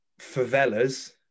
Favelas